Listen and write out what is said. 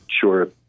sure